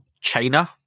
china